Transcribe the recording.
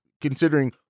considering